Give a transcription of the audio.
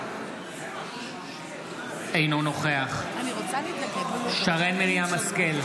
אינו נוכח ינון אזולאי,